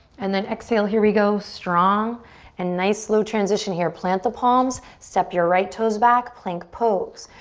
and then exhale, here we go. strong and nice low transition here. plant the palms. step your right toes back, plank pose.